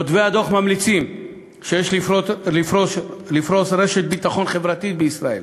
כותבי הדוח ממליצים לפרוס רשת ביטחון חברתית בישראל,